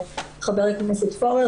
ח"כ פורר,